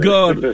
God